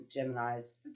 Geminis